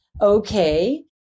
okay